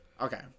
Okay